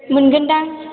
मोनगोनदां